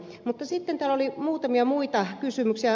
mutta sitten täällä oli muutamia muita kysymyksiä